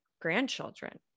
grandchildren